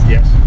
Yes